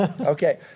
Okay